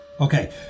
Okay